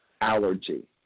allergy